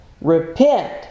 Repent